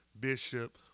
Bishop